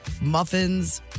muffins